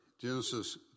Genesis